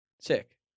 Sick